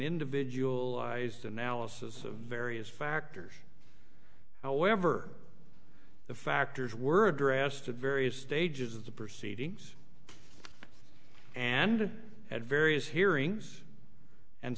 individualized analysis of various factors however the factors were addressed at various stages of the proceedings and at various hearings and